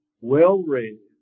well-raised